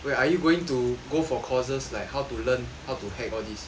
where are you going to go for courses like how to learn how to hack all this